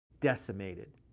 decimated